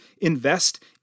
invest